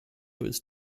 was